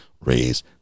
raise